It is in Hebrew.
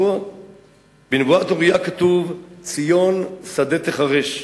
בנבואת אוריה כתוב: "ציון שדה תחרש",